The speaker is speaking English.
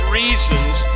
reasons